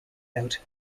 out